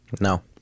No